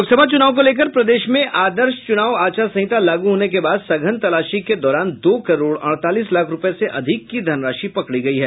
लोक सभा चुनाव को लेकर प्रदेश में आदर्श चुनाव आचार संहिता लागू होने के बाद सघन तलाशी के दौरान दो करोड अडतालीस लाख रुपये से अधिक की धनराशि पकडी गयी है